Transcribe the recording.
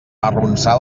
arronsà